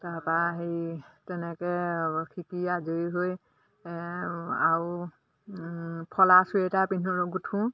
তাপা হেৰি তেনেকে শিকি আজৰি হৈ আও ফলা চুৱেটাৰ পিন্ধো গোঠোঁ